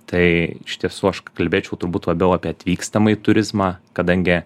tai iš tiesų aš k kalbėčiau turbūt labiau apie atvykstamąjį turizmą kadangi